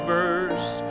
verse